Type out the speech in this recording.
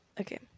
Okay